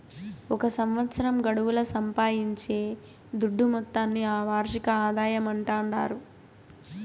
ఒక సంవత్సరం గడువుల సంపాయించే దుడ్డు మొత్తాన్ని ఆ వార్షిక ఆదాయమంటాండారు